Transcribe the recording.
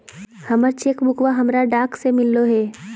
हमर चेक बुकवा हमरा डाक से मिललो हे